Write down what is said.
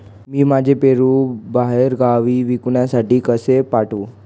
मी माझे पेरू बाहेरगावी विकण्यासाठी कसे पाठवू?